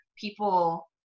people